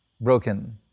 Broken